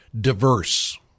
diverse